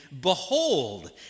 Behold